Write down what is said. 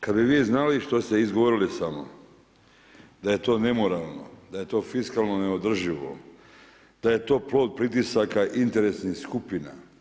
Kada bi vi znali što ste izgovorili samo da je to nemoralno, da je to fiskalno neodrživo, da je to plod pritisaka interesnih skupina.